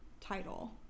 title